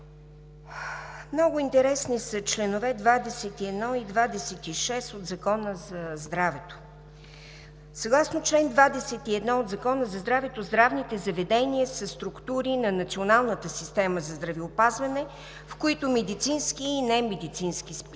Много интересни са чл. 21 и чл. 26 от Закона за здравето. Съгласно чл. 21 от Закона за здравето здравните заведения са структури на националната система за здравеопазване, в които медицински и немедицински специалисти